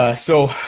ah so,